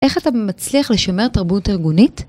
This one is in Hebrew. איך אתה מצליח לשמר תרבות ארגונית?